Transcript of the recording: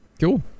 Cool